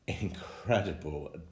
incredible